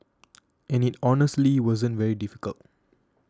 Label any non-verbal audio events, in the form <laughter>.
<noise> and it honestly wasn't very difficult